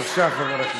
בבקשה, חבר הכנסת.